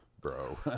bro